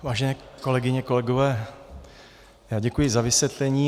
Vážené kolegyně, kolegové, děkuji za vysvětlení.